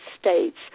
States